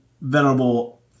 venerable